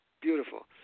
Beautiful